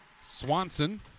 Swanson